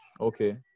Okay